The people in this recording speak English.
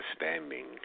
understanding